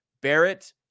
Barrett